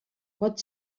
pot